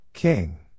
King